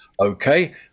okay